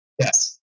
Yes